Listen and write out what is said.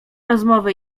rozmowy